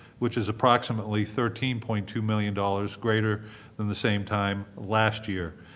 which is approximately thirteen point two million dollars greater than the same time last year.